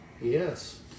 Yes